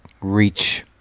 reach